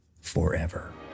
forever